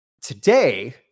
today